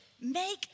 Make